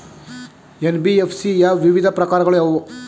NBFC ಯ ವಿವಿಧ ಪ್ರಕಾರಗಳು ಯಾವುವು?